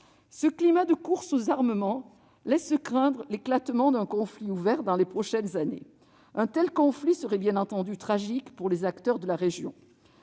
Ce climat de course aux armements laisse craindre l'éclatement d'un conflit ouvert dans les prochaines années. Un tel conflit serait bien entendu tragique pour les acteurs de la région.